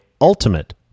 ultimate